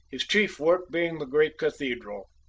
his chief work being the great cathedral.